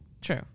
True